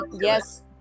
yes